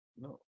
No